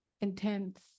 intense